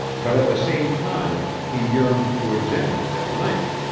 but at the same time he yearned to examine it at length.